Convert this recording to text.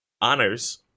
Honors